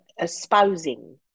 espousing